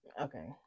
Okay